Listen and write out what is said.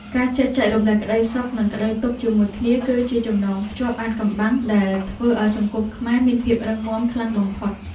ការចេះចែករំលែកក្តីសុខ និងក្តីទុក្ខជាមួយគ្នា គឺជាចំណងភ្ជាប់អាថ៌កំបាំងដែលធ្វើឱ្យសង្គមខ្មែរមានភាពរឹងមាំខ្លាំងបំផុត។